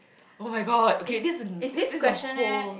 oh-my-god okay this is this is a whole